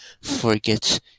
forgets